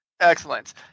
Excellent